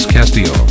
Castillo